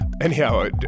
Anyhow